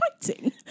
fighting